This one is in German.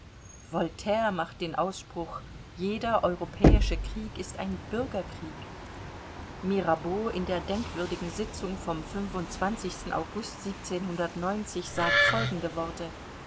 voltaire macht den ausspruch jeder europäische krieg ist ein bürgerkrieg mirabeau in der denkwürdigen sitzung vom august sagt folgende worte